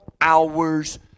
hours